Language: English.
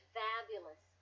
fabulous